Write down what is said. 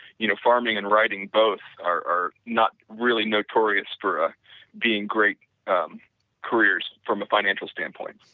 you know, farming and writing both are are not really notorious for being great um careers from the financial standpoint,